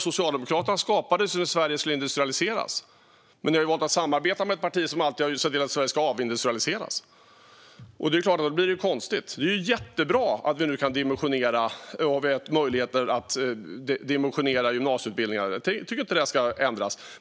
Socialdemokraterna skapades ju när Sverige skulle industrialiseras, men ni har valt att samarbeta med ett parti som alltid har velat se till att Sverige avindustrialiseras. Då blir det förstås konstigt. Det är jättebra att vi nu har gett möjligheter att dimensionera gymnasieutbildningar. Jag tycker inte att det ska ändras.